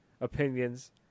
opinions